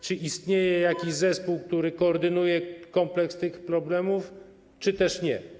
Czy istnieje jakiś zespół, który koordynuje kompleks tych problemów, czy też nie?